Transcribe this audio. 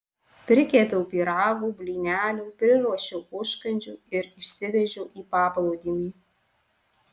prikepiau pyragų blynelių priruošiau užkandžių ir išsivežiau į paplūdimį